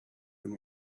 from